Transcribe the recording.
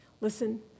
Listen